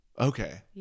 Okay